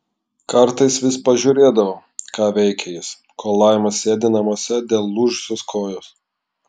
kartais vis pažiūrėdavau ką veikia jis kol laima sėdi namuose dėl lūžusios kojos